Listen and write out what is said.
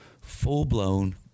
full-blown